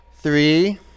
Three